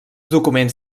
documents